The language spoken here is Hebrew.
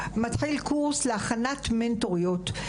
מתחיל קורס להכנת מנטוריות,